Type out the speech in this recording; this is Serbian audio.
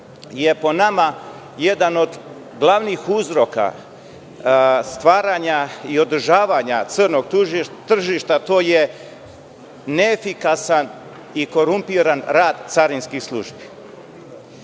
je po nama jedan od glavnih uzroka stvaranja i održavanja crnog tržišta, to je neefikasan i korumpiran rad carinskih službi. Visok